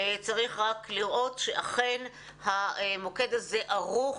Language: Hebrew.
צריך רק לראות שאכן המוקד הזה ערוך,